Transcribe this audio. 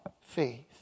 faith